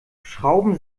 schrauben